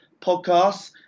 podcasts